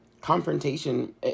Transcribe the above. confrontation